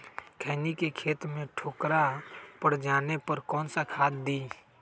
खैनी के खेत में ठोकरा पर जाने पर कौन सा खाद दी?